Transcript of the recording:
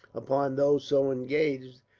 upon those so engaged,